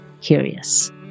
curious